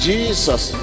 Jesus